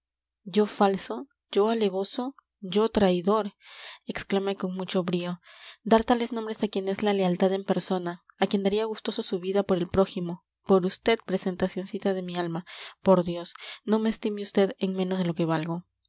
yo falso yo alevoso yo traidor exclamé con mucho brío dar tales nombres a quien es la lealtad en persona a quien daría gustoso su vida por el prójimo por vd presentacioncita de mi alma por dios no me estime vd en menos de lo que valgo